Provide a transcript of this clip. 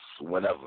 whenever